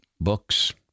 books